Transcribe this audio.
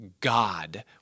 God